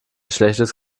schlechtes